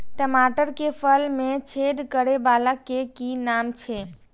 टमाटर के फल में छेद करै वाला के कि नाम छै?